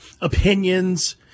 opinions